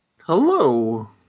Hello